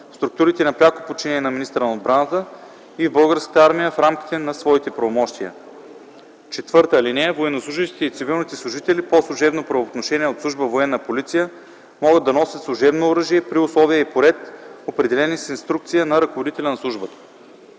структурите на пряко подчинение на министъра на отбраната и в Българската армия в рамките на своите правомощия. (4) Военнослужещите и цивилните служители по служебно правоотношение от служба „Военна полиция” могат да носят служебно оръжие при условия и по ред, определени с инструкция на ръководителя на службата.”